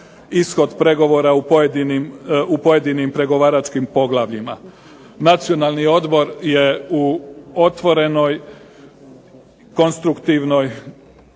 ishod pregovora u pojedinim pregovaračkim poglavljima. Nacionalni odbor je u otvorenoj konstruktivnoj